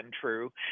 true